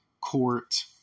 court